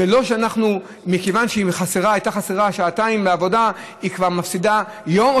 ולא שמכיוון שהיא הייתה חסרה שעתיים מהעבודה היא כבר מפסידה יום,